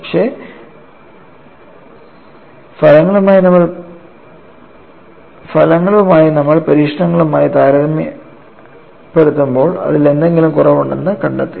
പക്ഷേ ഫലങ്ങൾ നമ്മൾ പരീക്ഷണങ്ങളുമായി താരതമ്യപ്പെടുത്തുമ്പോൾ അതിൽ എന്തെങ്കിലും കുറവുണ്ടെന്ന് കണ്ടെത്തി